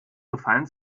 gefallen